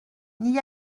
n’y